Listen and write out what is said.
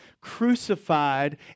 crucified